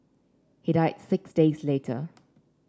he died six days later